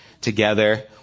together